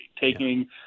taking